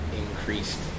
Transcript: increased